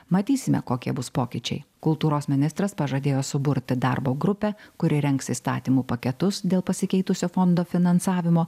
matysime kokie bus pokyčiai kultūros ministras pažadėjo suburti darbo grupę kuri rengs įstatymų paketus dėl pasikeitusio fondo finansavimo